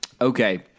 Okay